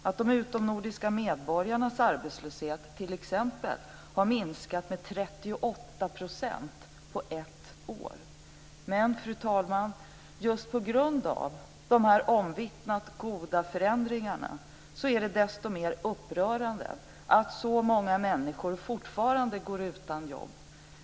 De utomnordiska medborgarnas arbetslöshet har t.ex. minskat med 38 % på ett år. Men, fru talman, just på grund av de här omvittnat goda förändringarna är det desto mer upprörande att så många människor fortfarande går utan jobb.